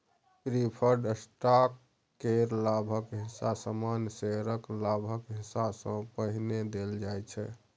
preferred stock केर लाभक हिस्सा सामान्य शेयरक लाभक हिस्सा सँ पहिने देल जाइ छै